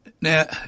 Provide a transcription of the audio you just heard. Now